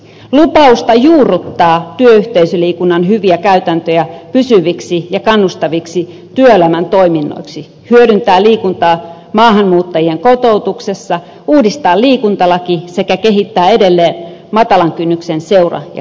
lupausta juurruttaa työyhteisöliikunnan hyviä käytäntöjä pysyviksi ja kannustaviksi työelämän toiminnoiksi hyödyntää liikuntaa maahanmuuttajien kotoutuksessa uudistaa liikuntalaki sekä kehittää edelleen matalan kynnyksen seura ja kansalaistoimintaa